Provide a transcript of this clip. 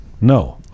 No